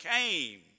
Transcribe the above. came